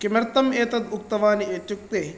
किमर्थम् एतत् उक्तवान् इत्युक्ते